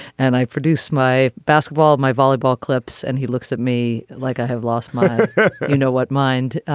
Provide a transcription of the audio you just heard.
and i produce my basketball my volleyball clips and he looks at me like i have lost my you know what mind.